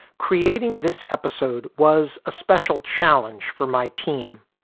creating this episode was a special challenge for my team.